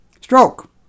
Stroke